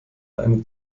eine